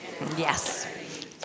yes